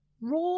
Raw